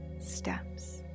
steps